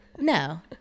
No